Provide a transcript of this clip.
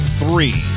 three